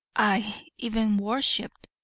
aye even worshipped,